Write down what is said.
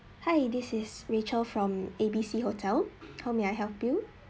hi this is rachel from A B C hotel how may I help you